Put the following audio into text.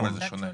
כן, אבל זה שונה.